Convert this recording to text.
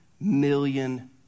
million